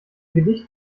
gedicht